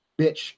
bitch